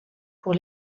pour